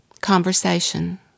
conversation